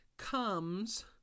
comes